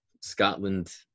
Scotland